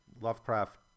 Lovecraft